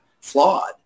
Flawed